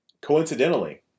coincidentally